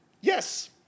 Yes